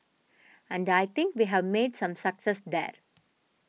and I think we have made some success there